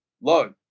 low